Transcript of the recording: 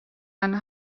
and